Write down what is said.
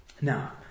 Now